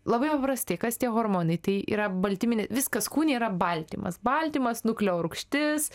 labai paprastai kas tie hormonai tai yra baltyminė viskas kūne yra baltymas baltymas nukleorūgštis